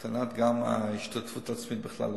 הקטנת ההשתתפות העצמית בכלל לתרופות.